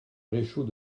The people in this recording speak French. réchaud